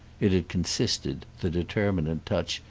it had consisted, the determinant touch,